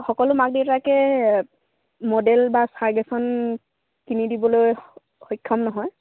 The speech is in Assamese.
সকলো মাক দেউতাকে মডেল বা চাৰ্গেচন কিনি দিবলৈ সক্ষম নহয়